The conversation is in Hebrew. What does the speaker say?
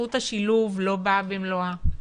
זכות השילוב לא באה במלואה,